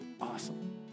Awesome